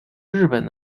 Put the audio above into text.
日本